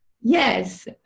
yes